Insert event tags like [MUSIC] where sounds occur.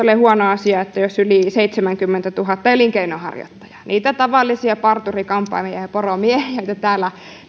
[UNINTELLIGIBLE] ole huono asia jos yli seitsemänkymmentätuhatta elinkeinonharjoittajaa niitä tavallisia parturi kampaajia ja ja poromiehiä joille täällä